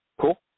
Cool